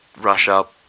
rush-up